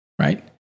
right